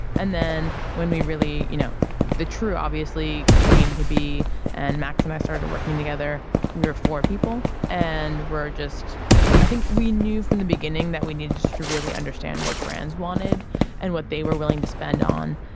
and then when we really you know the true obviously came to be and max and i started working together we were four people and we're just i think we knew from the beginning that we needed to really understand what brands wanted and what they were willing to spend on.